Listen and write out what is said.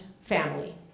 family